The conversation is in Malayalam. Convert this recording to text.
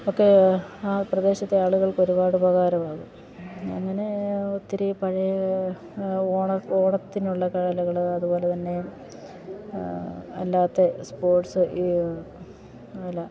ഒക്കെ പ്രദേശത്തെ ആളുകൾക്ക് ഒരുപാട് ഉപകാരമാകും അങ്ങനെ ഒത്തിരി പഴയ ഓണത്തിനുള്ള കലകൾ അതുപോലെ തന്നെ അല്ലാത്ത സ്പോർട്സ് ഈ വല്ല